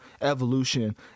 evolution